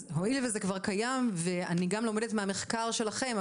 אז הואיל וזה כבר קיים ואני גם לומדת מהמחקר שלכם,